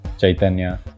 Chaitanya